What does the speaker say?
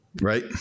Right